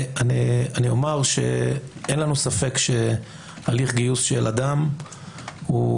אני אומר שאין לנו ספק שהליך גיוס של אדם היום,